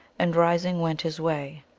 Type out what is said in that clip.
and rising went his way.